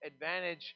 advantage